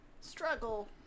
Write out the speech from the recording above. struggle